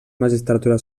magistratura